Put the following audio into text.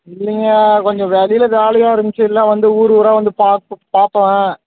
இல்லைங்க கொஞ்சம் வெளியில் வேலையாகருந்துச்சு இல்லைனா வந்து ஊரூராக வந்து பார்ப்பேன்